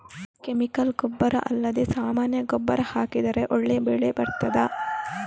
Chemical ಗೊಬ್ಬರ ಅಲ್ಲದೆ ಸಾಮಾನ್ಯ ಗೊಬ್ಬರ ಹಾಕಿದರೆ ಒಳ್ಳೆ ಬೆಳೆ ಬರ್ತದಾ?